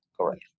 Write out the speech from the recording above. correct